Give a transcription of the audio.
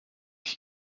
ich